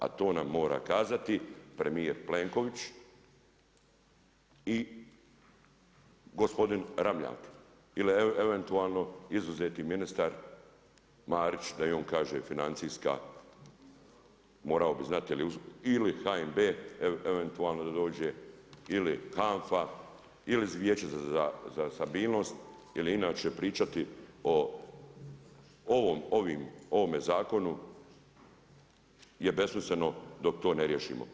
A to nam mora kazati, premjer Plenković i gospodin Ramljak ili eventualno izuzeti ministar Marić da i on kaže financijska, morao bi znati ili HNB eventualno da dođe ili HANFA ili vijeće za stabilnost ili inače pričati o ovome zakonu, je besmisleno dok to ne riješimo.